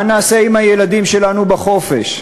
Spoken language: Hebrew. הורים רבים מתחילים כבר עכשיו לדאוג: מה נעשה עם הילדים שלנו בחופש?